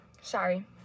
sorry